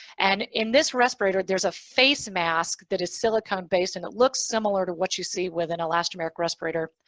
and in this respirator, there's a face mask that is silicone based and that looks similar to what you see with an elastomeric respirator.